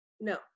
No